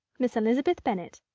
miss elizabeth bennet.